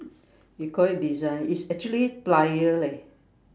you call it design it's actually plier leh